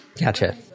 Gotcha